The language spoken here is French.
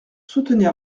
soutenir